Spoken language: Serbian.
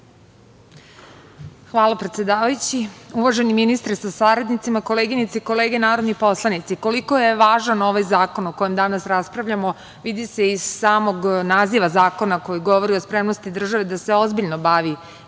Hvala, predsedavajući. Uvaženi ministre sa saradnicima, koleginice i kolege narodni poslanici, koliko je važan ovaj zakon o kome danas raspravljamo vidi se iz samog naziva zakona koji govori o spremnosti države da se ozbiljno bavi